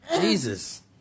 Jesus